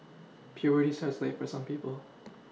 puberty starts late for some people